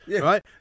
Right